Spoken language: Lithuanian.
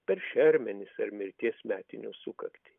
per šermenis ar mirties metinių sukaktį